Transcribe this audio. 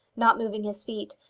not moving his feet,